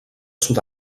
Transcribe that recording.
sud